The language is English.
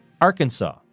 Arkansas